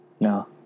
No